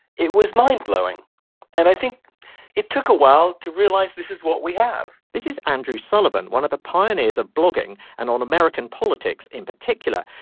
it was mind blowing and i think it took a while to realize this is what we have this is andrew sullivan one of the pioneers of blogging and on american politics in particular.